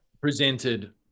presented